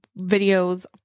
videos